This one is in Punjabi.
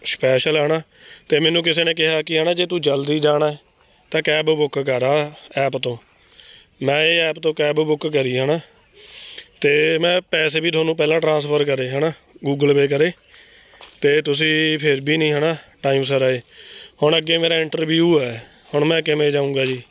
ਸ਼ਪੈਸ਼ਲ ਹੈ ਨਾ ਅਤੇ ਮੈਨੂੰ ਕਿਸੇ ਨੇ ਕਿਹਾ ਕਿ ਹੈ ਨਾ ਜੇ ਤੂੰ ਜਲਦੀ ਜਾਣਾ ਹੈ ਤਾਂ ਕੈਬ ਬੁੱਕ ਕਰ ਆਹ ਐਪ ਤੋਂ ਮੈਂ ਇਹ ਐਪ ਤੋਂ ਕੈਬ ਬੁੱਕ ਕਰੀ ਹੈ ਨਾ ਅਤੇ ਮੈਂ ਪੈਸੇ ਵੀ ਤੁਹਾਨੂੰ ਪਹਿਲਾਂ ਟ੍ਰਾਂਸਫਰ ਕਰੇ ਹੈ ਨਾ ਗੂਗਲ ਪੇਅ ਕਰੇ ਅਤੇ ਤੁਸੀਂ ਫਿਰ ਵੀ ਨਹੀਂ ਹੈ ਨਾ ਟਾਈਮ ਸਿਰ ਆਏ ਹੁਣ ਅੱਗੇ ਮੇਰਾ ਇੰਟਰਵਿਊ ਹੈ ਹੁਣ ਮੈਂ ਕਿਵੇਂ ਜਾਊਂਗਾ ਜੀ